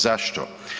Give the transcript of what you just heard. Zašto?